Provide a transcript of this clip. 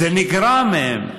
זה נגרע מהם,